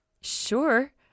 Sure